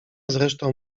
zresztą